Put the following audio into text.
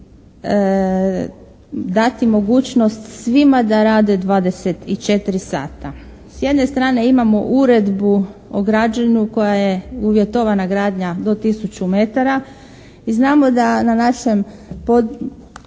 dati mogućnost svima da rade 24 sata. S jedne strane imamo uredbu o građenju, koja je uvjetovana gradnja do tisuću metara i znamo da na našem područjima